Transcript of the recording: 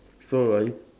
so right